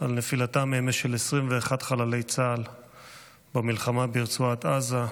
על נפילתם אמש של 21 חללי צה"ל במלחמה ברצועת עזה,